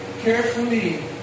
carefully